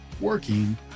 working